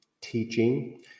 teaching